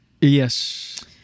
Yes